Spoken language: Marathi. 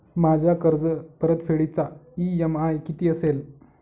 माझ्या कर्जपरतफेडीचा इ.एम.आय किती असेल?